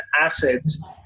assets